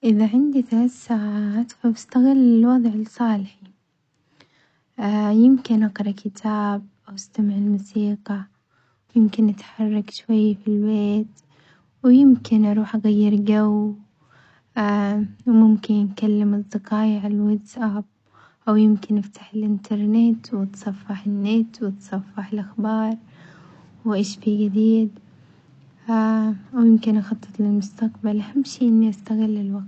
إذا عندي ثلاث ساعات فا بستغل الوظع لصالحي. يمكن أقرا كتاب أو أستمع للموسيقى أو أتحرك شوي بالبيت، ويمكن أروح أغير جو، وممكن أكلم أصدقائي على الواتساب أو يمكن أفتح الإنترنت وأتصفح النت وأتصفح الأخبار وإيش في جدديد، ويمكن أخطط للمستقبل أهم شي إني أستغل الوقت.